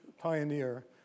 pioneer